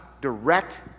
direct